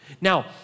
Now